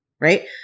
right